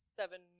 Seven